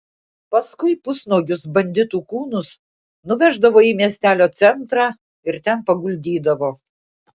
paskui pusnuogius banditų kūnus nuveždavo į miestelio centrą ir ten paguldydavo